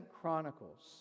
Chronicles